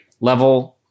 Level